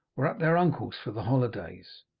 were at their uncle's for the holidays.